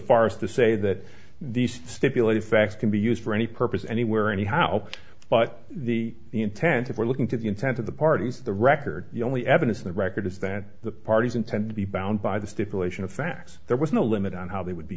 far as to say that the stipulated facts can be used for any purpose anywhere anyhow but the intent that we're looking to the intent of the parties the record the only evidence the record is that the parties intend to be bound by the stipulation of facts there was no limit on how they would be